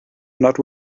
not